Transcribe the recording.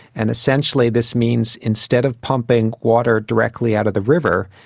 and essentially this means instead of pumping water directly out of the river,